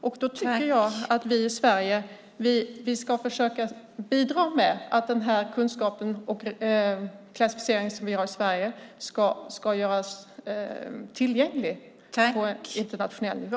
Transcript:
Jag tycker att vi i Sverige ska försöka bidra med att den kunskap och klassificering som vi har i Sverige ska göras tillgänglig på internationell nivå.